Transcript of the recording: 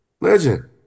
Legend